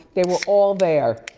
they were all there.